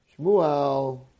Shmuel